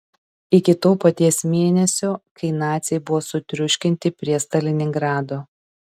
iki to paties mėnesio kai naciai buvo sutriuškinti prie stalingrado